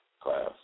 class